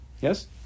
Yes